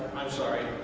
i'm sorry,